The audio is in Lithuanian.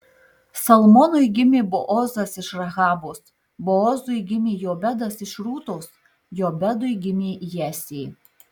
salmonui gimė boozas iš rahabos boozui gimė jobedas iš rūtos jobedui gimė jesė